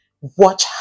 Watch